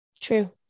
True